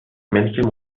ملک